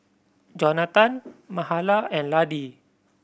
Jonatan Mahala and Laddie